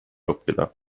õppida